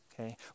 okay